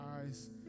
eyes